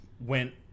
went